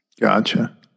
gotcha